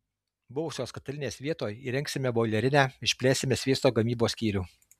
buvusios katilinės vietoj įrengsime boilerinę išplėsime sviesto gamybos skyrių